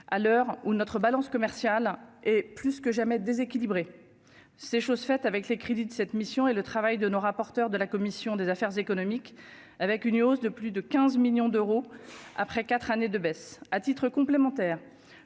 à l'heure où notre balance commerciale est plus que jamais déséquilibré, c'est chose faite avec les crédits de cette mission et le travail de nos rapporteur de la commission des affaires économiques, avec une hausse de plus de 15 millions d'euros après 4 années de baisse à titre complémentaire,